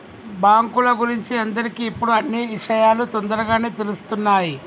బాంకుల గురించి అందరికి ఇప్పుడు అన్నీ ఇషయాలు తోందరగానే తెలుస్తున్నాయి